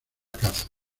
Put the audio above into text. caza